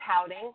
pouting